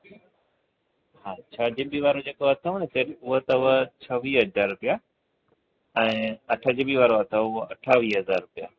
हा छह G B वारो जेको अथव न सेट उहो अथव छवीह हज़ार रुपया ऐं अठ जी बी वारो अथव उहो अठावीह हज़ार रुपया